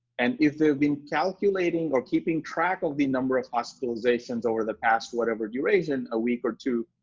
and if there've been calculating or keeping track of the number of hospitalizations over the past whatever duration, a week or two,